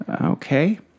Okay